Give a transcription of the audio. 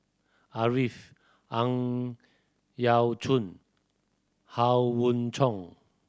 Arifin Ang Yau Choon Howe Chong